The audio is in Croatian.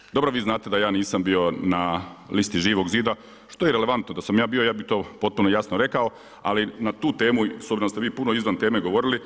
dakle, dobro vi znate da ja nisam bio na listi Živog zida, što je i relevantno, da sam ja bio ja bih to potpuno jasno rekao ali na tu temu, s obzirom da ste vi puno izvan teme govorili,